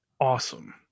awesome